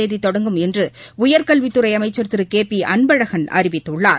தேதி தொடங்கும் என்று உயர்கல்வித்துறை அமைச்சர் திரு கே பி அன்பழகன் அறிவித்துள்ளார்